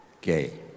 gay